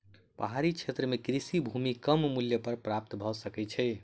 पहाड़ी क्षेत्र में कृषि भूमि कम मूल्य पर प्राप्त भ सकै छै